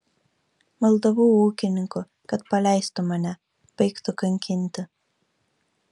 maldavau ūkininkų kad paleistų mane baigtų kankinti